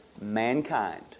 mankind